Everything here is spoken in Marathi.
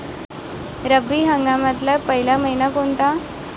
रब्बी हंगामातला पयला मइना कोनता?